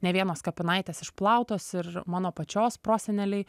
ne vienos kapinaitės išplautos ir mano pačios proseneliai